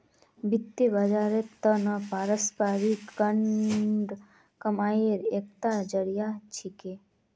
वित्त बाजारेर त न पारस्परिक फंड कमाईर एकता जरिया छिके